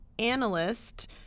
analyst